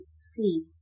sleep